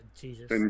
Jesus